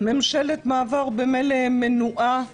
ממשלת מעבר ממילא מנועה